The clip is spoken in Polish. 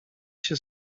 się